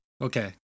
Okay